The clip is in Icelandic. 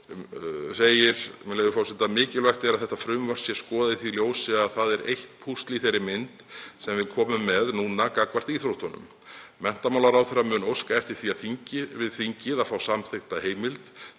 Daðasonar, með leyfi forseta: „Mikilvægt er að þetta frumvarp sé skoðað í því ljósi að það er eitt púsl í þeirri mynd sem við komum með núna gagnvart íþróttunum. Menntamálaráðherra mun óska eftir því við þingið að fá samþykkta heimild